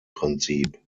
prinzip